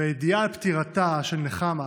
והידיעה על פטירתה של נחמה